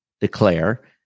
declare